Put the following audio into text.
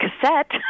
cassette